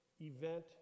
event